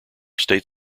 state